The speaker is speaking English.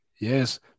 Yes